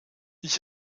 ich